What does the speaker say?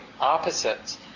opposites